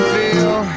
feel